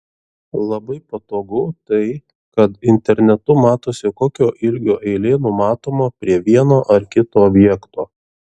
labai patogu tai kad internetu matosi kokio ilgio eilė numatoma prie vieno ar kito objekto